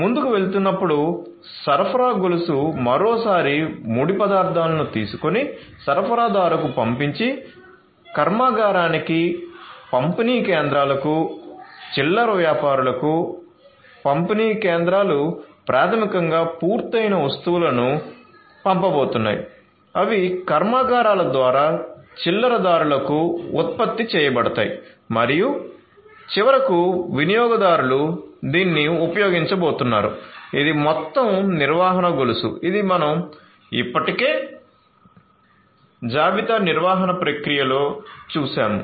ముందుకు వెళుతున్నప్పుడు సరఫరా గొలుసు మరోసారి ముడి పదార్థాలను తీసుకొని సరఫరాదారుకు పంపించి కర్మాగారానికి పంపిణీ కేంద్రాలకు చిల్లర వ్యాపారులకు పంపిణీ కేంద్రాలు ప్రాథమికంగా పూర్తయిన వస్తువులను పంపబోతున్నాయి అవి కర్మాగారాల ద్వారా చిల్లరదారులకు ఉత్పత్తి చేయబడతాయి మరియు చివరకు వినియోగదారులు దీనిని ఉపయోగించబోతున్నారు ఇది మొత్తం నిర్వహణ గొలుసు ఇది మనం ఇప్పటికే జాబితా నిర్వహణ ప్రక్రియలో చూశాము